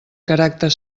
caràcter